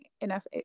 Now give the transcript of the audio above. enough